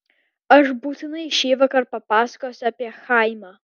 aš būtinai šįvakar papasakosiu apie chaimą